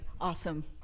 Awesome